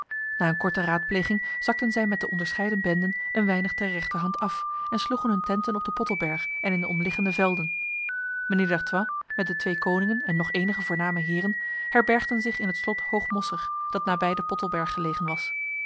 na een korte raadpleging zakten zij met de onderscheiden benden een weinig ter rechterhand af en sloegen hun tenten op de pottelberg en in de omliggende velden mijnheer d'artois met de twee koningen en nog enige voorname heren herbergden zich in het slot hoog mosser dat nabij de pottelberg gelegen was